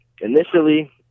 Initially